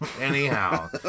Anyhow